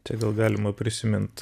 čia gal galima prisimint